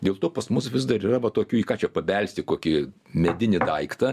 dėl to pas mus vis dar yra va tokių į ką čia pabelsti kokį medinį daiktą